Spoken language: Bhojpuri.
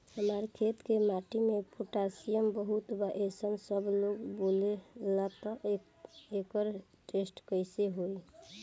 हमार खेत के माटी मे पोटासियम बहुत बा ऐसन सबलोग बोलेला त एकर टेस्ट कैसे होई?